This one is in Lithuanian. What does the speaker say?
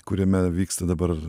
kuriame vyksta dabar